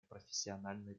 профессиональной